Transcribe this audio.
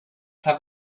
have